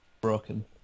broken